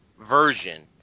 version